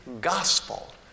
gospel